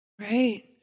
Right